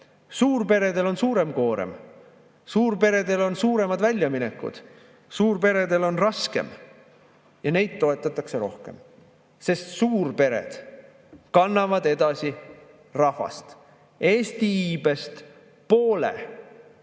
Suurperedel on suurem koorem. Suurperedel on suuremad väljaminekud. Suurperedel on raskem ja neid toetatakse rohkem, sest suurpered kannavad edasi rahvast. Eesti iibest poole